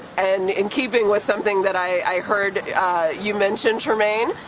and in keeping with something that i heard you mention, trymaine,